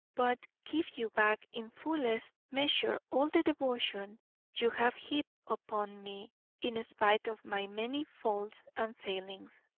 but give you back in fullest measure all the devotion you have heaped upon me in spite of my many faults and failings.